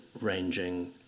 ranging